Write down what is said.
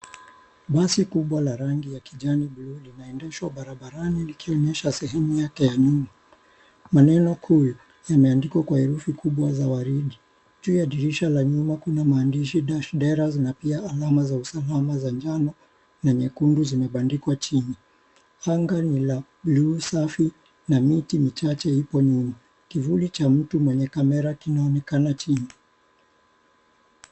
Basi kubwa la rangi ya kijani blue linaendeshwa barabarani likionyesha sehemu yake ya nyuma. Maneno Cool, yameandikwa kwa herufi kubwa za waridi. Juu ya dirisha la nyuma kuna maandishi Dash Deras na pia alama za usalama za njano na nyekundu zimebandikwa chini. Anga ni la blue safi na miti michache ipo nyuma. Kivuli cha mtu mwenye camera kinaonekana chini.